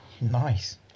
Nice